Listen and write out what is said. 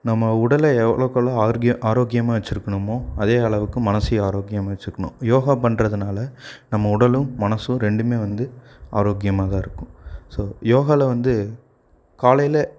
நம்ம உடலை எவ்வளோக்கு எவ்வளோ ஆர்க்கிய ஆரோக்கியமாக வச்சிருக்கணுமோ அதே அளவுக்கு மனதையும் ஆரோக்கியமாக வச்சிக்குணும் யோகா பண்ணறதுனால நம்ம உடலும் மனதும் ரெண்டும் வந்து ஆரோக்கியமாக தான் இருக்கும் ஸோ யோகாவில் வந்து காலையில்